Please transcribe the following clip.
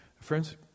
Friends